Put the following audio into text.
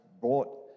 brought